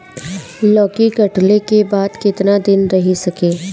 लौकी कटले के बाद केतना दिन रही सकेला?